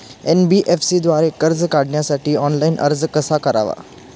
NBFC द्वारे कर्ज काढण्यासाठी ऑनलाइन अर्ज कसा करावा?